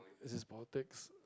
is it politics